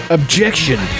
Objection